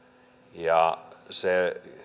ja